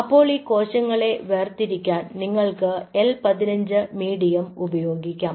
അപ്പോൾ ഈ കോശങ്ങളെ വേർതിരിക്കാൻ നിങ്ങൾക്ക് L 15 മീഡിയം ഉപയോഗിക്കാം